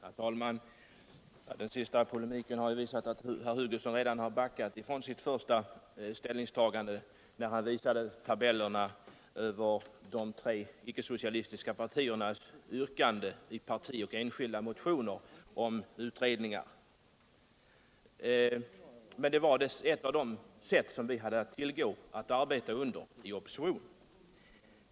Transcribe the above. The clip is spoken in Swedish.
Herr talman! Den senaste polemiken har visat att herr Hugosson redan backat från sitt första ställningstagande, då han visade tabellerna över de tre icke socialistiska partiernas yrkanden i partimotioner och enskilda motioner om utredningar. Men det var ett av de arbetssätt vi hade att tillgå i oppositionsställning.